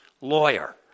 lawyer